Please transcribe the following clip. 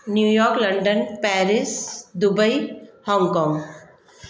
New York London Paris Dubai Hong Kong